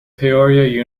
peoria